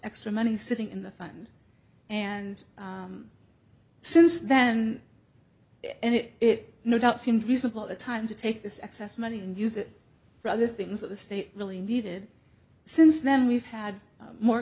extra money sitting in the fund and since then it no doubt seemed reasonable the time to take this excess money and use it for other things that the state really needed since then we've had more